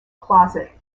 closet